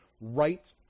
right